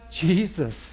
Jesus